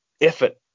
effort